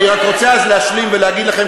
אז אני רוצה עוד להשלים ולהגיד לכם,